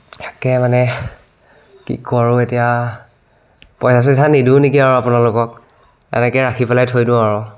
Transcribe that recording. তাকে মানে কি কৰোঁ এতিয়া পইচা চইচা নিদিওঁ নেকি আৰু আপোনালোকক এনেকৈ ৰাখি পেলাই থৈ দিওঁ আৰু